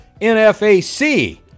NFAC